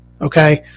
Okay